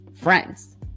friends